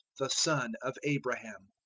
the son of abraham.